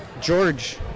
George